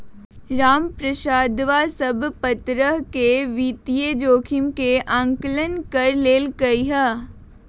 रामप्रसादवा सब प्तरह के वित्तीय जोखिम के आंकलन कर लेल कई है